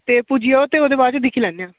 ते पुज्जी जाओ ते ओह्दे बाद दिक्खी लैनें आं